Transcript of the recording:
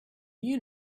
you